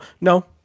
No